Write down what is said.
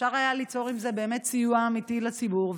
אפשר היה ליצור עם זה סיוע אמיתי לציבור,